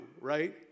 right